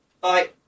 bye